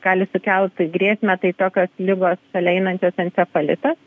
gali sukelti grėsmę tai tokios ligos šalia einantis encefalitas